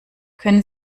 können